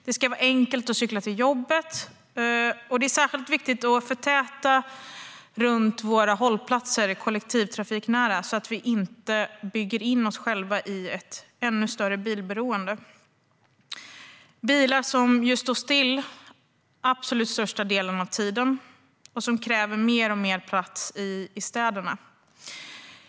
Det ska vara enkelt att cykla till jobbet, och det är särskilt viktigt att förtäta runt våra kollektivtrafikhållplatser så att vi inte bygger in oss själva i ett ännu större beroende av bilar - bilar som står still den absolut största delen av tiden och som kräver mer och mer plats i städerna.